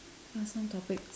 some topics